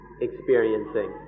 experiencing